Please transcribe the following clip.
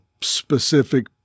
specific